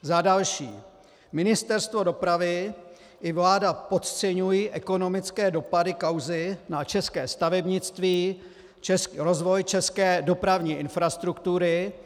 Za další, Ministerstvo dopravy i vláda podceňují ekonomické dopady kauzy na české stavebnictví, rozvoj české dopravní infrastruktury.